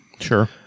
sure